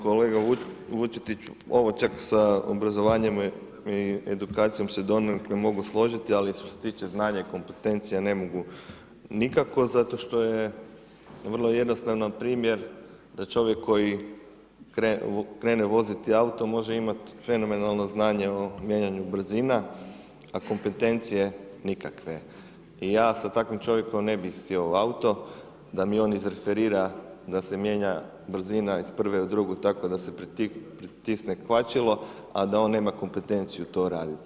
Kolega Vučetić, ovo čak sa obrazovanjem i edukacijom se donekle mogu složiti ali što se tiče znanja i kompetencija ne mogu nikako zato što je vrlo jednostavan primjer da će ovi koji krene voziti, auto može imati fenomenalno znanje o mijenjanju brzina, a kompetencije nikakve i ja sa takvim čovjekom ne bi sjeo u auto da mi on izreferira da se mijenja brzina iz prve u drugu tako da se pritisne kvačilo, a da on nema kompetenciju to raditi.